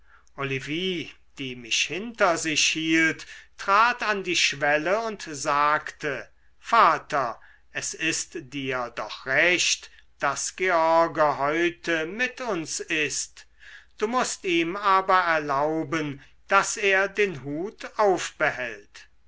olivie die mich hinter sich hielt trat an die schwelle und sagte vater es ist dir doch recht daß george heute mit uns ißt du mußt ihm aber erlauben daß er den hut aufbehält